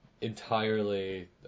entirely